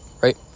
right